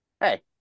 Hey